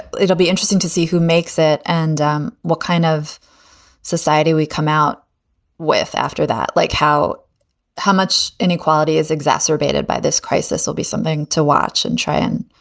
it'll be interesting to see who makes it and um what kind of society we come out with after that. like how how much inequality is exacerbated by this crisis will be something to watch and try and,